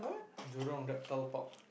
Jurong-Reptile-Park